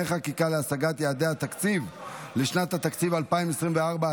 חקיקה להשגת יעדי התקציב לשנת התקציב 2024),